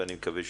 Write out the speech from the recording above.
ואני מקווה,